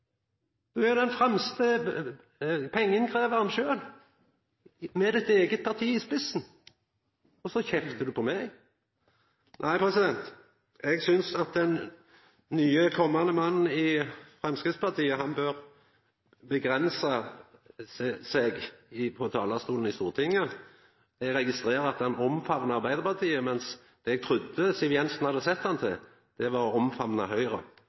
Du er den fremste pengeinnkrevjaren sjølv, med ditt eige parti i spissen, og så kjeftar du på meg. Nei, eg synest at den nye, komande mannen i Framstegspartiet bør avgrensa seg frå talarstolen i Stortinget. Eg registrerer at han omfamnar Arbeidarpartiet, mens det eg trudde Siv Jensen hadde sett han til, var å omfamna Høgre.